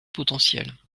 potentielle